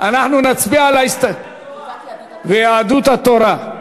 עיסאווי פריג' ותמר זנדברג,